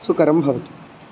सुकरं भवति